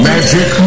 Magic